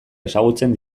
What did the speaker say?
ezagutzen